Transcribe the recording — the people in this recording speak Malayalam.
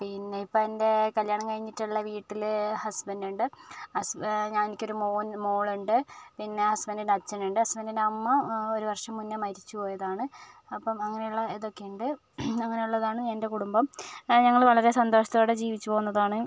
പിന്നെ ഇപ്പോൾ എൻ്റെ കല്യാണം കഴിഞ്ഞിട്ടുള്ള വീട്ടില് ഹസ്ബൻറ്റുണ്ട് ഹസ്ബ ഞാൻ എനിക്ക് ഒരു മോൻ മോളുണ്ട് പിന്നെ ഹസ്ബൻറ്റിൻ്റെ അച്ഛനുണ്ട് ഹസ്ബൻറ്റിൻ്റെ അമ്മ ഒരു വർഷം മുന്നേ മരിച്ച് പോയതാണ് അപ്പം അങ്ങനെയുള്ള ഇതൊക്കെ ഉണ്ട് അങ്ങനെയുള്ളതാണ് എൻ്റെ കുടുംബം അത് ഞങ്ങള് വളരേ സന്തോഷത്തോടെ ജീവിച്ച് പോകുന്നതാണ്